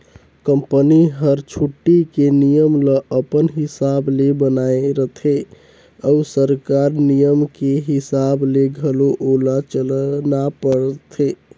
company हर छुट्टी के नियम ल अपन हिसाब ले बनायें रथें अउ सरकारी नियम के हिसाब ले घलो ओला चलना परथे